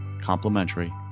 complimentary